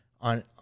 on